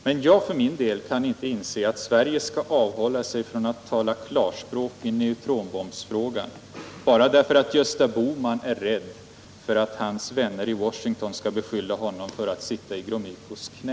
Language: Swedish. Men jag för min del kan inte inse att Sverige skall avhålla sig från att tala klarspråk i neutronbombfrågan bara därför att Gösta Bohman är rädd för att hans vänner i Washington skall beskylla honom för att sitta i Gromykos knä.